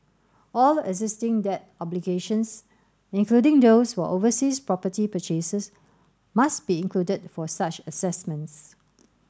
all existing debt obligations including those for overseas property purchases must be included for such assessments